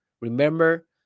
Remember